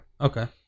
okay